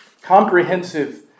comprehensive